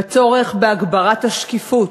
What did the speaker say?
בצורך בהגברת השקיפות,